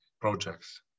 projects